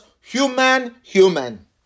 human-human